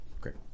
Great